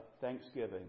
thanksgiving